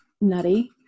nutty